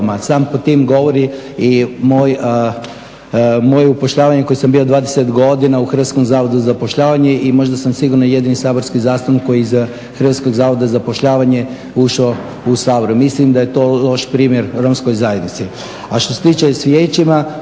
samo pod tim govori i moje upošljavanje koje sam bio 20 godina u Hrvatskom zavodu za zapošljavanje i možda sam sigurno jedini saborski zastupnik koji je iz Hrvatskog zavoda za zapošljavanje ušao u Sabor. Mislim da je to loš primjer romskoj zajednici.